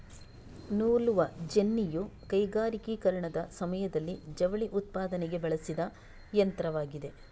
ನೂಲುವ ಜೆನ್ನಿಯು ಕೈಗಾರಿಕೀಕರಣದ ಸಮಯದಲ್ಲಿ ಜವಳಿ ಉತ್ಪಾದನೆಗೆ ಬಳಸಿದ ಯಂತ್ರವಾಗಿದೆ